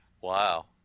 Wow